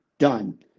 done